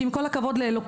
כי עם כל הכבוד לאלוקים,